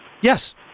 Yes